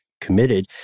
committed